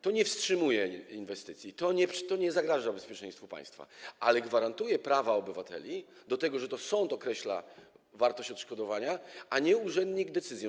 To nie wstrzymuje inwestycji, to nie zagraża bezpieczeństwu państwa, ale gwarantuje prawo obywatelom do tego, by to sąd określał wartość odszkodowania, a nie urzędnik w drodze decyzji.